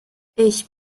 ich